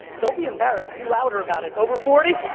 don't be embarrassed, be louder about it. over forty?